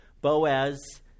Boaz